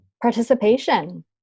Participation